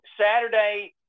Saturday